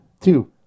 Two